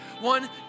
One